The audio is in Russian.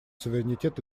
суверенитет